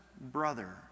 brother